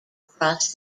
across